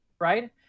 right